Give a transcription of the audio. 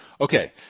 Okay